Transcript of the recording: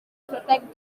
protect